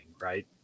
right